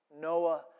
Noah